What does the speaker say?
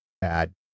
bad